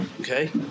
okay